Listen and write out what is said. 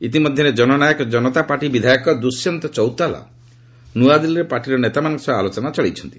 ଇତିମଧ୍ୟରେ ଜନନାୟକ ଜନତାପାର୍ଟି ବିଧାୟକ ଦ୍ରୁଷ୍ୟନ୍ତ ଚୌତାଲା ନ୍ତଆଦିଲ୍କୀରେ ପାର୍ଟିର ନେତାମାନଙ୍କ ସହ ଆଲୋଚନା ଚଳେଇଛନ୍ତି